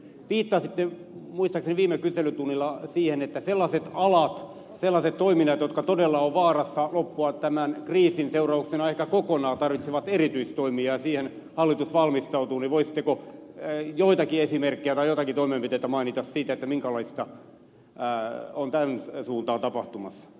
kun viittasitte muistaakseni viime kyselytunnilla siihen että sellaiset alat sellaiset toiminnat jotka todella ovat vaarassa loppua tämän kriisin seurauksena ehkä kokonaan tarvitsevat erityistoimia ja siihen hallitus valmistautuu niin voisitteko joitakin esimerkkejä tai joitakin toimenpiteitä mainita siitä minkälaista on tämän suuntaan tapahtumassa